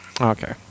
Okay